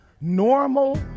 normal